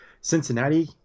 Cincinnati